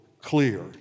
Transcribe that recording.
clear